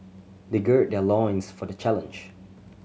they gird their loins for the challenge